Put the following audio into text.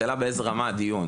השאלה היא מה היא רמת הדיון.